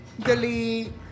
Delete